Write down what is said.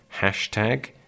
hashtag